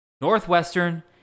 Northwestern